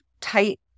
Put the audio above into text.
tight